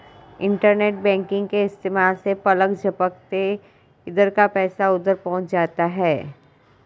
internet banking के इस्तेमाल से पलक झपकते इधर का पैसा उधर पहुँच जाता है